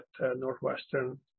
Northwestern